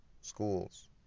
Schools